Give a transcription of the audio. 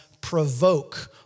provoke